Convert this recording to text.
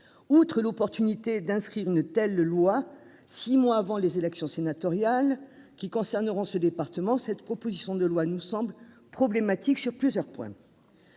Outre l'opportunité d'inscrire une telle loi. 6 mois avant les élections sénatoriales qui concerneront ce département cette proposition de loi nous semble problématique sur plusieurs points.